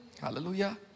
Hallelujah